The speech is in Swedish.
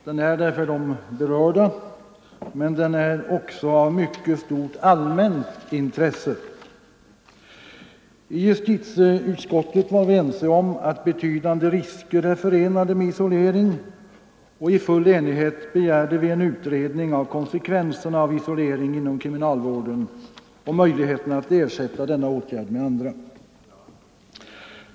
Den är det för de berörda, men den är också av mycket stort allmänt intresse. I justitieutskottet var vi ense om att betydande risker är förenade med isolering, och i full enighet begärde vi en utredning av konsekvenserna av isolering inom kriminalvården och möjligheterna att ersätta denna åtgärd med andra.